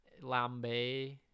Lambay